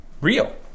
real